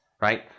right